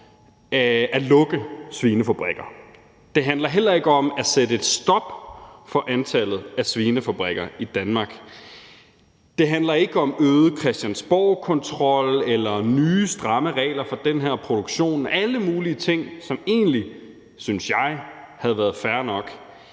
at lukke svinefabrikker, det handler heller ikke om at sætte en stopper for antallet af svinefabrikker i Danmark, og det handler ikke om øget Christiansborgkontrol eller nye stramme regler for den her produktion – alle mulige ting, som egentlig, synes jeg, havde været fair nok